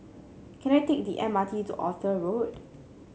can I take the M R T to Arthur Road